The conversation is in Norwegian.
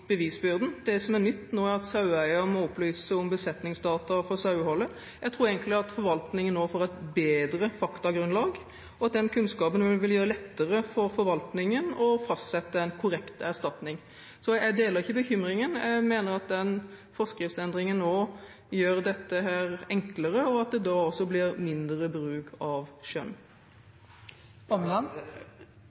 bevisbyrden. Det som er nytt nå, er at saueeieren må opplyse om besetningsdata for saueholdet. Jeg tror egentlig at forvaltningen nå får et bedre faktagrunnlag, og at den kunnskapen vil gjøre det lettere for forvaltningen å fastsette en korrekt erstatning. Så jeg deler ikke bekymringen. Jeg mener at forskriftsendringen nå gjør dette enklere, og at det nå også blir mindre bruk av skjønn.